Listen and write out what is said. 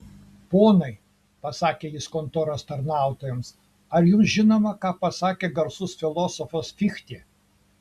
ponai pasakė jis kontoros tarnautojams ar jums žinoma ką pasakė garsus filosofas fichtė